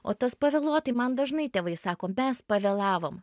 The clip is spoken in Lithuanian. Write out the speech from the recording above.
o tas pavėluotai man dažnai tėvai sako mes pavėlavom